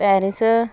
Paris